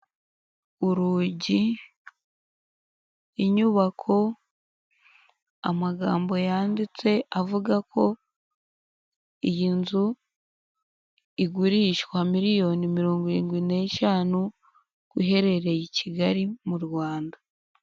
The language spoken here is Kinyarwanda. Urugi, inyubako, amagambo yanditse avuga ko, iyi nzu igurishwa miliyoni mirongo irindwi n'eshanu, uherereye i Kigali mu Rwanda.